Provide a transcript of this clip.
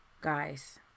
guys